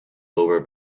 over